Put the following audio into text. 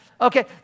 Okay